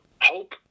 hope